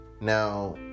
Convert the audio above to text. Now